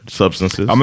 substances